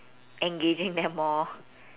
engaging them more